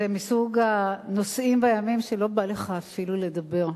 זה מסוג הנושאים והימים שלא בא לך אפילו לדבר.